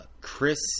Chris